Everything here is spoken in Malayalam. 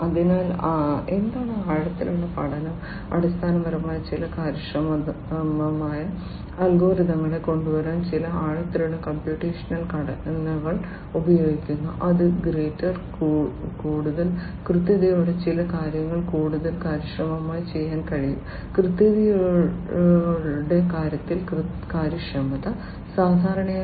അതിനാൽ എന്താണ് ആഴത്തിലുള്ള പഠനം അടിസ്ഥാനപരമായി ചില കാര്യക്ഷമമായ അൽഗോരിതങ്ങൾ കൊണ്ടുവരാൻ ചില ആഴത്തിലുള്ള കമ്പ്യൂട്ടേഷണൽ ഘടനകൾ ഉപയോഗിക്കുന്നു അത് ഗ്രേറ്റർ കൂടുതൽ കൃത്യതയോടെ ചില കാര്യങ്ങൾ കൂടുതൽ കാര്യക്ഷമമായി ചെയ്യാൻ കഴിയും കൃത്യതയുടെ കാര്യത്തിൽ കാര്യക്ഷമത സാധാരണയായി